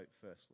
firstly